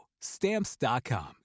Stamps.com